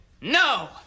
no